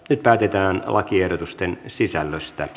nyt päätetään lakiehdotusten sisällöstä